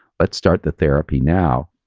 let's start the therapy now.